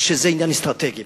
שזה עניין אסטרטגי.